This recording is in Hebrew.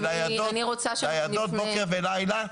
בניידות בוקר ולילה,